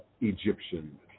Egyptian